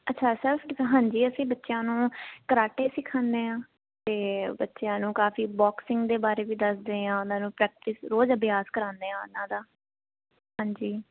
ਅੱਛਾ ਸਰ ਹਾਂਜੀ ਅਸੀਂ ਬੱਚਿਆਂ ਨੂੰ ਕਰਾਟੇ ਸਿਖਾਦੇ ਆ ਤੇ ਬੱਚਿਆਂ ਨੂੰ ਕਾਫੀ ਬੋਕਸਿੰਗ ਦੇ ਬਾਰੇ ਵੀ ਦੱਸਦੇ ਆਂ ਉਹਨਾਂ ਨੂੰ ਪ੍ਰੈਕਟਿਸ ਰੋਜ਼ ਅਭਿਆਸ ਕਰਾਦੇ ਆ ਉਹਨਾਂ ਦਾ ਹਾਂਜੀ